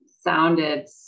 sounded